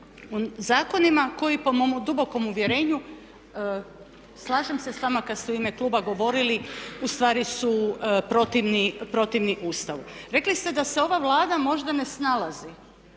Zakonima koji po mom dubokom uvjerenju slažem se s vama kad ste u ime kluba govorili u stvari su protivni Ustavu. Rekli ste da se ova Vlada možda ne snalazi,